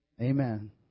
Amen